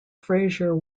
fraser